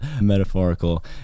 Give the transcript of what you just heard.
metaphorical